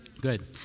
Good